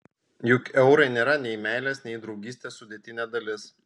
juk eurai nėra nei meilės nei draugystės sudėtinė dalis